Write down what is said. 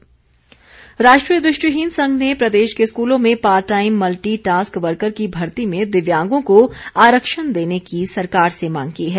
दृष्टिहीन संघ राष्ट्रीय दृष्टिहीन संघ ने प्रदेश के स्कूलों में part time multi task worker की भर्ती में दिव्यांगों को आरक्षण देने की सरकार से मांग की हैं